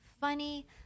funny